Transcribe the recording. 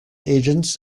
agents